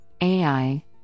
AI